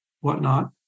whatnot